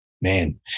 Man